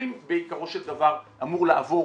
בעיקרו של דבר אמור לעבור